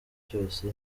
cyose